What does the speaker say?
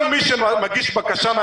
כל מי שמגיש בקשה,